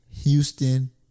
Houston